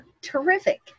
terrific